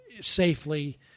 safely